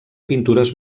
pintures